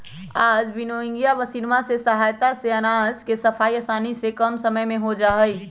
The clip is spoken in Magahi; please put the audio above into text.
आज विन्नोइंग मशीनवा के सहायता से अनाज के सफाई आसानी से कम समय में हो जाहई